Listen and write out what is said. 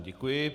Děkuji.